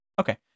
okay